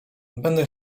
będę